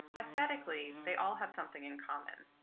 aesthetically, they all have something in common.